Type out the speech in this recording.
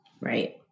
Right